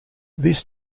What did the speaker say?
this